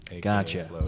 Gotcha